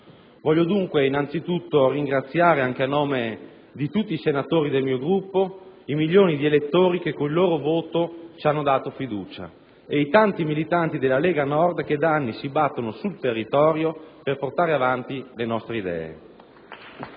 Voglio dunque innanzitutto ringraziare, anche a nome di tutti i senatori del mio Gruppo, i milioni di elettori che con il loro voto ci hanno dato fiducia e i tanti militanti della Lega Nord che da anni si battono sul territorio per portare avanti le nostre idee.